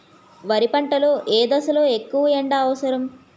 వరి పంట లో ఏ దశ లొ ఎక్కువ ఎండా అవసరం?